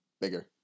Bigger